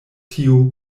tiu